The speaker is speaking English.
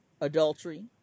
adultery